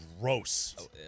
gross